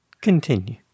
Continue